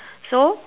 so